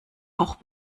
auch